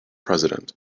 president